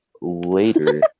later